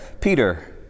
Peter